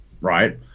right